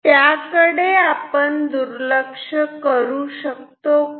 त्याकडे आपण दुर्लक्ष करू शकतो का